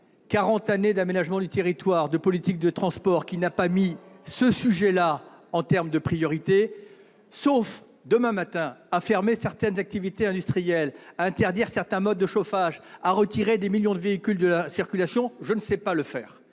années d'aménagement du territoire et de politique de transport qui n'ont pas fait de cette question une priorité, sauf à fermer demain matin certaines activités industrielles, interdire certains modes de chauffage et retirer des millions de véhicules de la circulation, je ne sais pas le faire